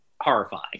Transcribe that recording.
horrifying